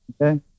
okay